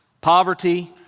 poverty